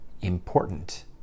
important